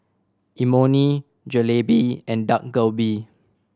Imoni Jalebi and Dak Galbi